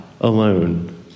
alone